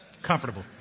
comfortable